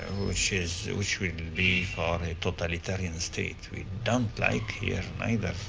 which is which will be for a totalitarian state. we don't like here neither,